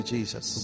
Jesus